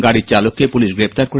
গাড়ির চালককে পুলিশ গ্রেপ্তার করে